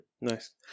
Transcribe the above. Nice